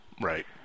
Right